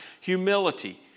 humility